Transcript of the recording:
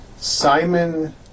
Simon